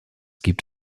gibt